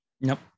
Nope